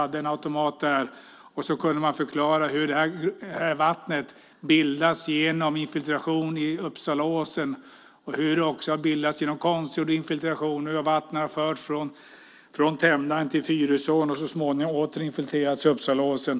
Då skulle man kunna förklara hur det här vattnet bildas genom infiltration i Uppsalaåsen, hur det också har bildats genom konstgjord infiltration och hur vattnet har förts från Tämnaren till Fyrisån och så småningom åter infiltrerats i Uppsalaåsen.